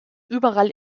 überall